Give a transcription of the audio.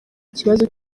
ikibazo